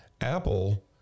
Apple